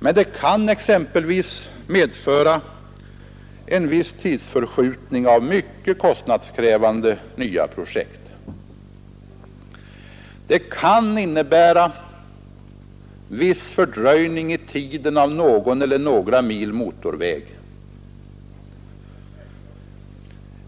men det kan exempelvis medföra en viss tidsförskjutning av mycket kostnadskrävande nya projekt. Det kan innebära viss fördröjning i tiden vid byggandet av någon eller några mil motorväg.